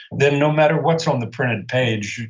then no matter what's on the printed page,